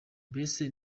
mbese